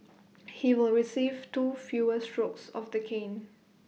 he will receive two fewer strokes of the cane